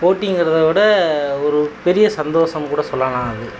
போட்டிங்கிறதை விட ஒரு பெரிய சந்தோசம் கூட சொல்லெலாம் அது